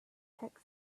tech